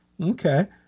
okay